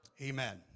Amen